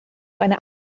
eine